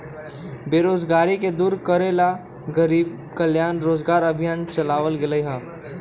बेरोजगारी के दूर करे ला गरीब कल्याण रोजगार अभियान चलावल गेले है